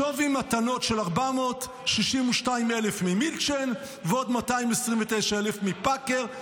שווי מתנות של 462,000 ממילצ'ן ועוד 229,000 מפאקר.